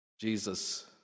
Jesus